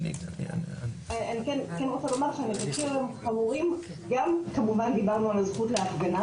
אני רוצה לומר שהנזקים הם חמורים גם כמובן דיברנו על הזכות להפגנה